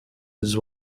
his